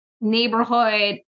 neighborhood